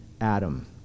Adam